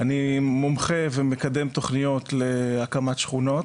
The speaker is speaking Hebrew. אני מומחה ומקדם תוכניות להקמת שכונות.